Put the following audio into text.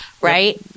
right